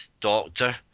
Doctor